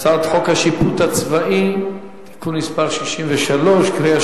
הצעת חוק השיפוט הצבאי (תיקון מס' 63), קריאה